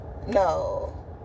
No